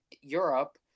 Europe